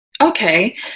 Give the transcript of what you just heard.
okay